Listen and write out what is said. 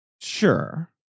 Sure